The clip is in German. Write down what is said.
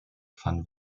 van